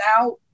now